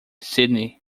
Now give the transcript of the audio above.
sydney